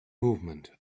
movement